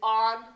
on